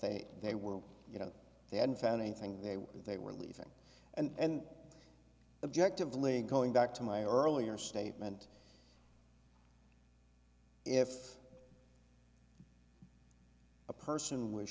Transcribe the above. they they were you know they hadn't found anything they were they were leaving and objectively going back to my earlier statement if a person was